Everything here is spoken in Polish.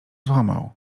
złamał